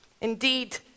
Indeed